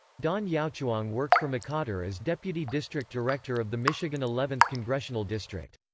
don yowchuang worked for mccotter as deputy district director of the michigan eleventh congressional district.